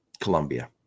Colombia